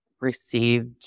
received